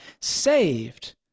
saved